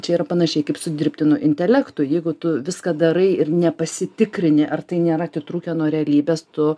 čia yra panašiai kaip su dirbtiniu intelektu jeigu tu viską darai ir nepasitikrini ar tai nėra atitrūkę nuo realybės tu